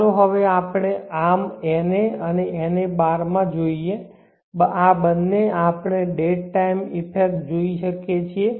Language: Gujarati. ચાલો હવે આપણે આર્મ Na અને Na બાર માં જોઈએ આ બંને આપણે ડેડ ટાઇમ ઇફેક્ટ જોઈ શકીએ છીએ